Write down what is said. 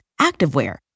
activewear